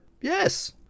Yes